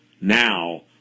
now